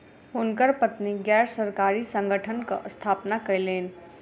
हुनकर पत्नी गैर सरकारी संगठनक स्थापना कयलैन